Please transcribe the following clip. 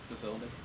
facility